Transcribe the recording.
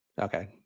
Okay